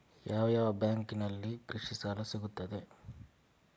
ಯಾವ ಯಾವ ಬ್ಯಾಂಕಿನಲ್ಲಿ ಕೃಷಿ ಸಾಲ ಸಿಗುತ್ತದೆ?